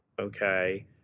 okay